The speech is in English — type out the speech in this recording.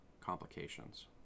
complications